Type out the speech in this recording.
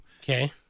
Okay